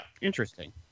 Interesting